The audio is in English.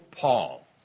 Paul